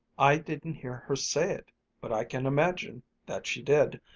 i didn't hear her say it but i can imagine that she did.